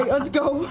let's go.